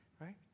right